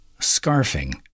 scarfing